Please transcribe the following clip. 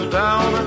down